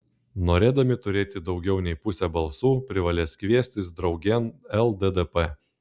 norėdami turėti daugiau nei pusę balsų privalės kviestis draugėn lddp